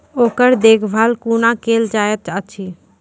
ओकर देखभाल कुना केल जायत अछि?